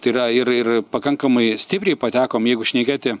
tai yra ir ir pakankamai stipriai patekom jeigu šnekėti